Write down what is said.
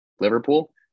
Liverpool